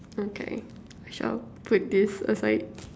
okay shall put this aside